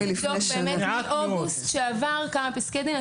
צריך לבדוק מאוגוסט שעבר כמה פסקי דין.